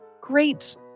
Great